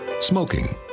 Smoking